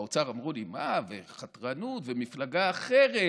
באוצר אמרו לי: מה, וחתרנות, ומפלגה אחרת,